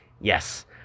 Yes